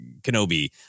Kenobi